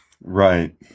Right